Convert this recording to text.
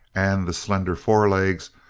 and the slender forelegs,